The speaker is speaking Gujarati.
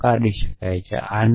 તે તેની નકારી શું છે